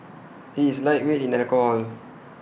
he is lightweight in alcohol